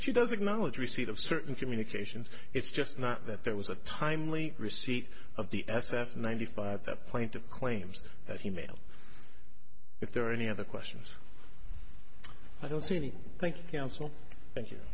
she does acknowledge receipt of certain communications it's just not that there was a timely receipt of the s f ninety five that plaintiff claims that he mailed if there are any other questions i don't see any thank you cancel thank you